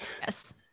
yes